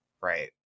Right